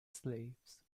sleeves